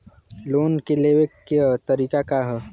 Loan के लेवे क तरीका का ह?